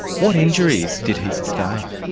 what injuries did he sustain?